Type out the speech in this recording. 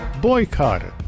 boycotted